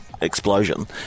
explosion